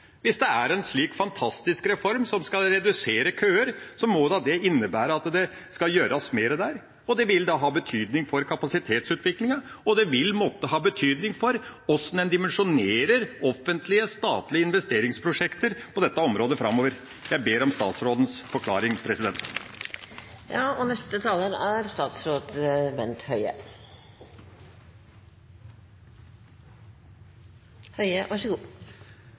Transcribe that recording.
er en slik fantastisk reform som skal redusere køer, så må da det innebære at det skal gjøres mer der, og det vil da ha betydning for kapasitetsutviklinga, og det vil måtte ha betydning for hvordan en dimensjonerer offentlige, statlige investeringsprosjekter på dette området framover. Jeg ber om statsrådens forklaring. Først til de gjentatte påstandene som er